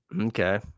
Okay